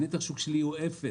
נתח השוק שלי הוא אפס.